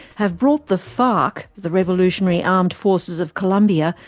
have brought the farc, the revolutionary armed forces of colombia,